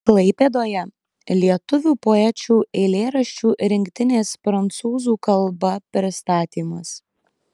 klaipėdoje lietuvių poečių eilėraščių rinktinės prancūzų kalba pristatymas